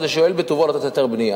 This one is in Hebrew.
כדי שיואיל בטובו לתת היתר בנייה.